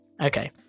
Okay